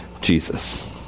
Jesus